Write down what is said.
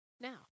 Now